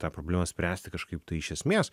tą problemą spręsti kažkaip tai iš esmės